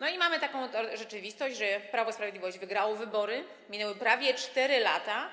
No i mamy taką oto rzeczywistość: Prawo i Sprawiedliwość wygrało wybory, minęły prawie 4 lata,